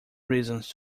reasons